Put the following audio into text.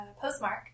postmark